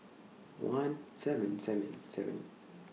one seven seven seven